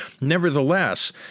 Nevertheless